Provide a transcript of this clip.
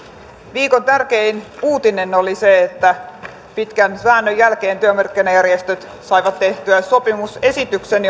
viikon tärkein uutinen oli se että pitkän väännön jälkeen työmarkkinajärjestöt saivat tehtyä sopimusesityksen